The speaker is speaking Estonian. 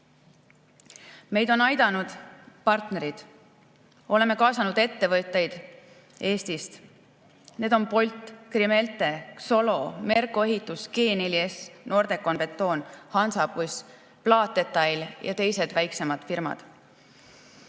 Meid on aidanud partnerid. Oleme kaasanud ettevõtjaid Eestist, need on Bolt, Krimelte, Xolo, Merko Ehitus, G4S, Nordecon Betoon, Hansabuss, Plaat Detail ja teised, väiksemad firmad.